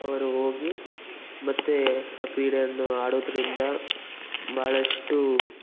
ಅವರು ಹೋಗಿ ಮತ್ತೆ ಆ ಕ್ರೀಡೆಯನ್ನು ಆಡೋದ್ರಿಂದ ಭಾಳಷ್ಟು